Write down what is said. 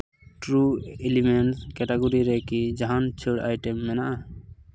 true elements category ᱨᱮᱠᱤ ᱡᱟᱸᱦᱟᱱ ᱪᱷᱟᱹᱲ ᱟᱭᱴᱮᱢ ᱢᱮᱱᱟᱜᱼᱟ